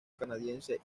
canadiense